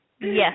Yes